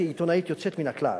שהיא עיתונאית יוצאת מן הכלל.